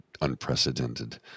unprecedented